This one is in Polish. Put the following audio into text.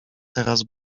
teraz